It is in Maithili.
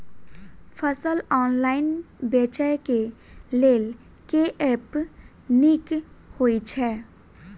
फसल ऑनलाइन बेचै केँ लेल केँ ऐप नीक होइ छै?